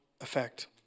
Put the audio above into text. effect